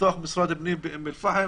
לפתוח משרד פנים באום אל-פחם,